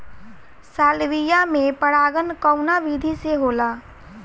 Salvia में परागण कउना विधि से होला?